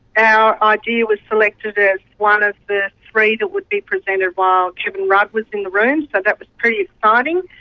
our idea was selected as one of the three that would be presented while kevin rudd was in the room, so that was pretty ah exciting,